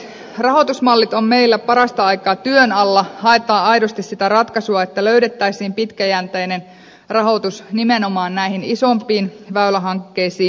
rahoitusmallit ovat meillä parasta aikaa työn alla haetaan aidosti sitä ratkaisua että löydettäisiin pitkäjänteinen rahoitus nimenomaan näihin isompiin väylähankkeisiin